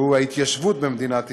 שהוא ההתיישבות במדינת ישראל,